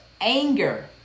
anger